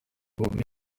bube